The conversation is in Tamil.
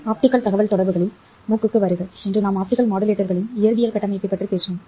ஆப்டிகல் தகவல்தொடர்புகளில் MOOC க்கு வருக இன்று நாம் ஆப்டிகல் மாடுலேட்டர்களின் இயற்பியல் கட்டமைப்பைப் பற்றி பேசுவோம்